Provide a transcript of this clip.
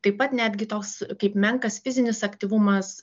taip pat netgi toks kaip menkas fizinis aktyvumas